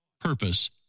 purpose